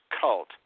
cult